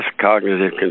cognitive